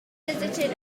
visited